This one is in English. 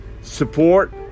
support